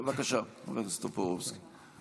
בבקשה, חבר הכנסת טופורובסקי.